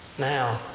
now,